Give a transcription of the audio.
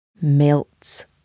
melts